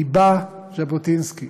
ניבא ז'בוטינסקי: